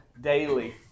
daily